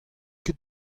ket